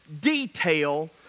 detail